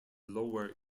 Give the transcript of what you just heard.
lower